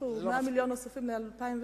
הוסיפו 100 מיליון נוספים ל-2010,